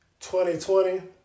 2020